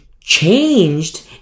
changed